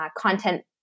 content